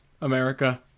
America